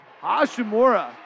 Hashimura